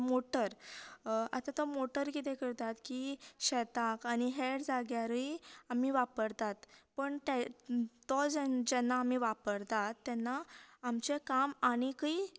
motor आता तो motor कितें करतात की शेताक आनी हेर जाग्यारूंय आमी वापरतात पूण ते तो जेन्ना आमी वापरतात तेन्ना आमचे काम आनीकय